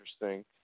interesting